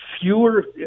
fewer